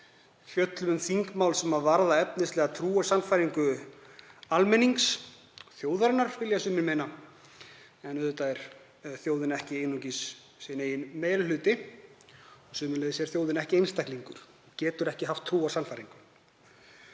fjöllum um þingmál sem varða efnislega trúarsannfæringu almennings, þjóðarinnar vilja sumir meina, en auðvitað er þjóðin ekki einungis sinn eigin meiri hluti og sömuleiðis er þjóðin ekki einstaklingur og getur ekki haft trúarsannfæringu.